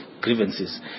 grievances